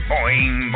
Boing